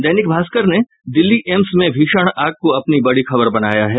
दैनिक भास्कर ने दिल्ली एम्स में भीषण आग को अपनी बड़ी खबर बनाया है